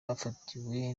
bafatiwe